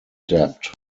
debt